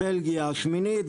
בלגיה שמינית,